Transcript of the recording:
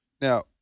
Now